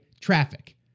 traffic